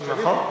במה שאני חווה,